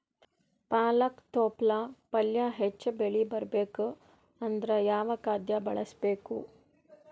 ಪಾಲಕ ತೊಪಲ ಪಲ್ಯ ಹೆಚ್ಚ ಬೆಳಿ ಬರಬೇಕು ಅಂದರ ಯಾವ ಖಾದ್ಯ ಬಳಸಬೇಕು?